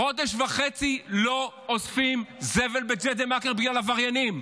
חודש וחצי לא אוספים זבל בג'דיידה-מכר בגלל עבריינים.